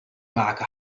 معك